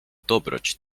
dobroć